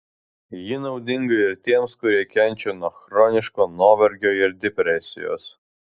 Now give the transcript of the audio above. ji naudinga ir tiems kurie kenčia nuo chroniško nuovargio ir depresijos